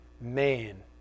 man